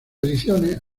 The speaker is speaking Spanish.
ediciones